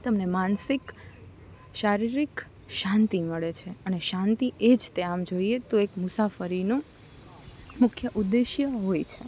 તમને માનસિક શારીરિક શાંતિ મળે છે અને શાંતિ એ જ તે આમ જોઈએ તો મુસાફરીનો મુખ્ય ઉદ્દેશ્ય હોય છે